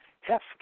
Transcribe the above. Heft